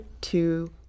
two